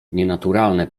nienaturalne